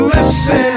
Listen